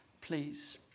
please